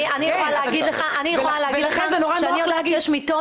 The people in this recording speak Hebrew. אני יכולה להגיד לך שאני יודעת שיש מיטות